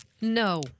No